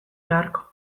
beharko